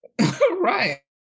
Right